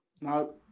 no